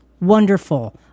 wonderful